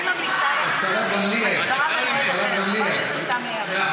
אני ממליצה לך: הצבעה במועד אחר, שזה סתם ייהרס.